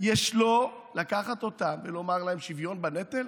יש שלא לקחת אותם ולומר להם: שוויון בנטל